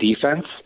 defense